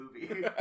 movie